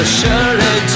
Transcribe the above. surely